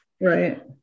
right